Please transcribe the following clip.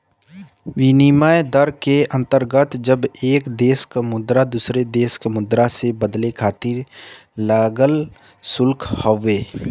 विनिमय दर के अंतर्गत जब एक देश क मुद्रा दूसरे देश क मुद्रा से बदले खातिर लागल शुल्क हउवे